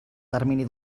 termini